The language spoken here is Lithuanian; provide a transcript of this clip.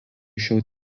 šiol